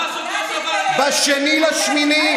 ב-2 באוגוסט,